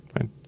right